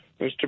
Mr